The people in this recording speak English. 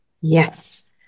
yes